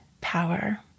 power